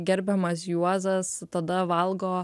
gerbiamas juozas tada valgo